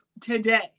today